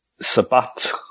Sabat